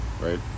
right